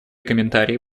комментарии